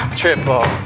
triple